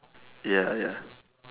ya ya